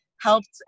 helped